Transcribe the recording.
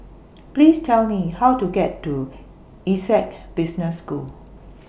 Please Tell Me How to get to Essec Business School